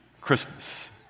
christmas